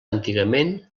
antigament